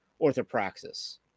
orthopraxis